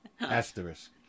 Asterisk